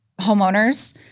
homeowners